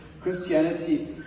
Christianity